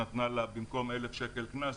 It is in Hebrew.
במקום 1,000 שקלים קנס,